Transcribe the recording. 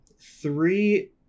three